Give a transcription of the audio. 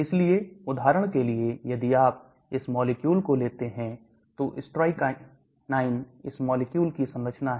इसलिए उदाहरण के लिए यदि आप इस मॉलिक्यूल को लेते हैं तो strychnine इस मॉलिक्यूल की संरचना है